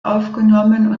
aufgenommen